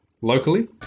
locally